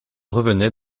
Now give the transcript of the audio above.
revenaient